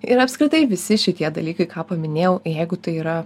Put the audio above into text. ir apskritai visi šitie dalykai ką paminėjau jeigu tai yra